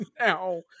now